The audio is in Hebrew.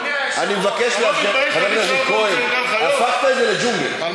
חבר הכנסת כהן, הפכת את זה לג'ונגל, ממש.